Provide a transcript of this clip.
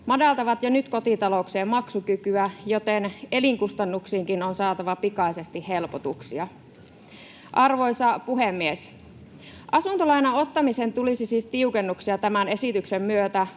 madaltavat jo nyt kotitalouksien maksukykyä, joten elinkustannuksiinkin on saatava pikaisesti helpotuksia. Arvoisa puhemies! Asuntolainan ottamiseen tulisi siis tiukennuksia tämän esityksen myötä,